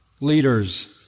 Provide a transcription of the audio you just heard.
leaders